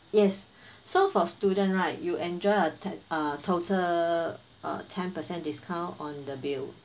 yes so for student right you enjoy a uh total uh ten percent discount on the bill